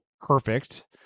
perfect